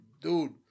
dude